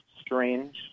strange